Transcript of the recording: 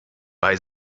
bei